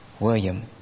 William